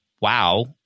wow